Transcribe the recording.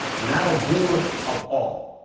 not a doer of all.